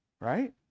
Right